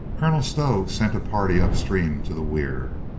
colonel stow sent a party upstream to the weir.